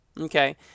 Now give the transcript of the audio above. Okay